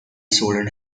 swollen